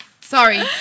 sorry